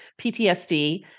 PTSD